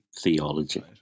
theology